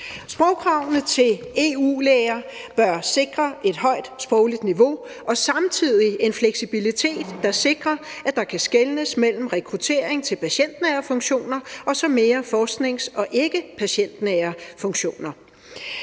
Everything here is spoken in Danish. Sprogkravene til EU-læger bør sikre et højt sprogligt niveau og samtidig en fleksibilitet, der sikrer, at der kan skelnes mellem rekruttering til patientnære funktioner og så mere forsknings- og ikkepatientnære funktioner.